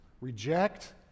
reject